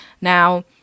Now